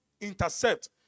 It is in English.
intercept